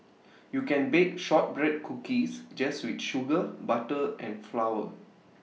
you can bake Shortbread Cookies just with sugar butter and flour